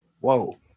whoa